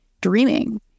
dreaming